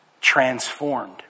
Transformed